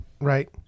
Right